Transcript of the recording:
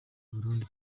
burundi